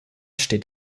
steht